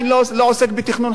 ואני לא מחלק זרעים